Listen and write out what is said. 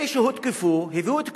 אלה שהותקפו הביאו את קרוביהם,